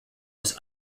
was